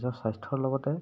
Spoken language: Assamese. নিজৰ স্বাস্থ্যৰ লগতে